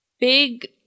big